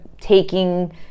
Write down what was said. taking